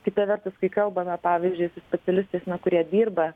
kita vertus kai kalbame pavyzdžiui su specialistais kurie dirba